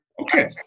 Okay